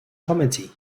committee